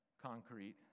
concrete